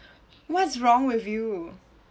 what's wrong with you